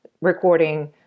recording